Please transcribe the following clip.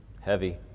heavy